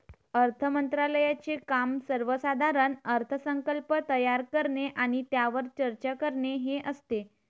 अर्थ मंत्रालयाचे काम सर्वसाधारण अर्थसंकल्प तयार करणे आणि त्यावर चर्चा करणे हे असते